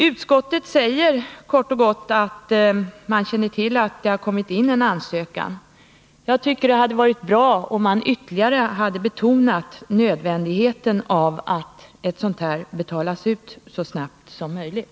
Utskottet säger kort och gott att man känner till att det kommit in en ansökan. Jag tycker att det hade varit bra om utskottet ytterligare hade betonat nödvändigheten av att ett sådant bidrag betalas ut så snabbt som möjligt.